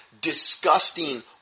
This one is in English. disgusting